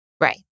Right